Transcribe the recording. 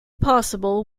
possible